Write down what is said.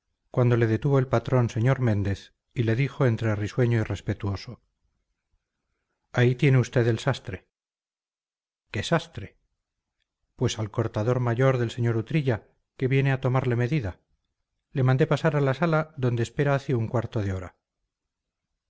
cuando le detuvo el patrón señor méndez y le dijo entre risueño y respetuoso ahí tiene usted el sastre qué sastre pues el cortador mayor del sr utrilla que viene a tomarle medida le mandé pasar a la sala donde espera hace un cuarto de hora